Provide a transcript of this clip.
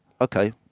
okay